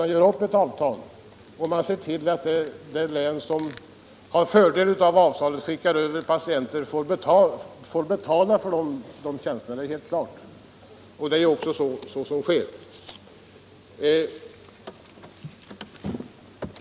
Man gör upp ett avtal och man ser till att det län som har fördel av avtalet, dvs. skickar över patienter, får betala för de tjänsterna. Det är också vad som sker.